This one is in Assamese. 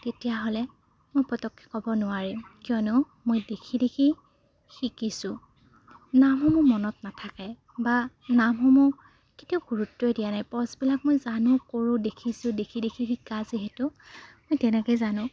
তেতিয়াহ'লে মই পটককৈ ক'ব নোৱাৰিম কিয়নো মই দেখি দেখি শিকিছোঁ নামসমূহ মনত নাথাকে বা নামসমূহ কেতিয়াও গুৰুত্বই দিয়া নাই পচবিলাক মই জানো কৰোঁ দেখিছোঁ দেখি দেখি শিকা যিহেতু মই তেনেকৈ জানো